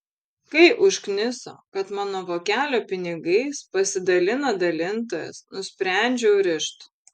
kai užkniso kad mano vokelio pinigais pasidalina dalintojas nusprendžiau rišt